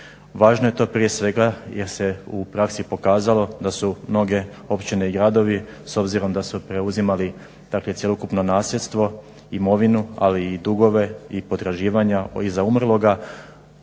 Važno je to prije svega jer se u praksi pokazalo da su mnoge općine i gradovi s obzirom da su preuzimali cjelokupno nasljedstvo, imovinu ali i dugove i potraživanja iza umrloga